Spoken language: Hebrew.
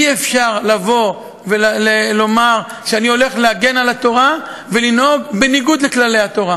אי-אפשר לבוא ולומר שאני הולך להגן על התורה ולנהוג בניגוד לכללי התורה.